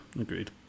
agreed